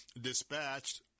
dispatched